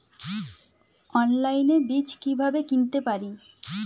অনলাইনে বীজ কীভাবে কিনতে পারি?